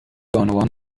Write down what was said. بانوان